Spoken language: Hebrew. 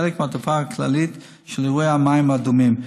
חלק מהתופעה הכללית של אירועי המים האדומים.